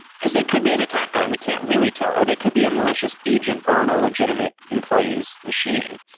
because they could be an attacker and we can't really tell, or they could be a malicious agent on a legitimate employee's machine,